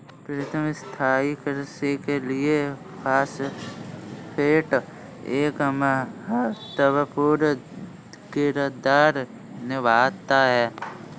प्रीतम स्थाई कृषि के लिए फास्फेट एक महत्वपूर्ण किरदार निभाता है